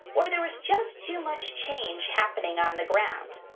or there was just too much change happening on the ground.